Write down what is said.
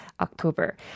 October